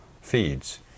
feeds